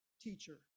teacher